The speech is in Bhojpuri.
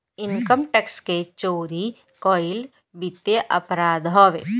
इनकम टैक्स के चोरी कईल वित्तीय अपराध हवे